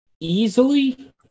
easily